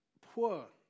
poor